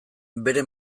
bere